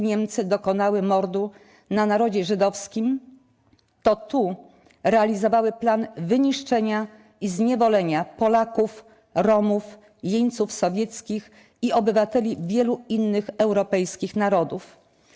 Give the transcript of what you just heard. Niemcy dokonały mordu na Narodzie Żydowskim, to tu realizowały plan wyniszczenia i zniewolenia Polaków, Romów, jeńców sowieckich i obywateli wielu innych europejskich narodów.